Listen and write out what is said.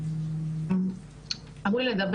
אבל אלימות טכנולוגית חשבתי שזה,